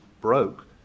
broke